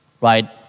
right